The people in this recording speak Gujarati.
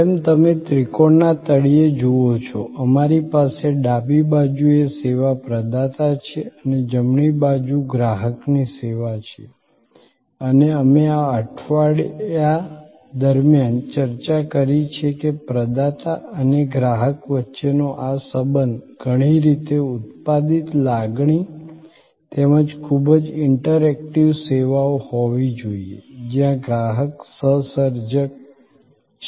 જેમ તમે ત્રિકોણના તળિયે જુઓ છો અમારી પાસે ડાબી બાજુએ સેવા પ્રદાતા છે અને જમણી બાજુ ગ્રાહકની સેવા છે અને અમે આ અઠવાડિયા દરમિયાન ચર્ચા કરી છે કે પ્રદાતા અને ગ્રાહક વચ્ચેનો આ સંબંધ ઘણી રીતે ઉત્પાદિત લાગણી તેમજ ખૂબ જ ઇન્ટરેક્ટિવ સેવાઓ હોવી જોઈએ જ્યાં ગ્રાહક સહ સર્જક છે